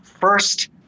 first